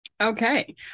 Okay